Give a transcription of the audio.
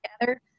together